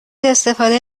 استفاده